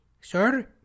Sir